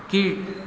கீழ்